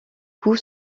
coup